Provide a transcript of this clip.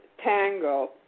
tango